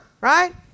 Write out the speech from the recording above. right